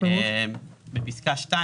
פסקה (2),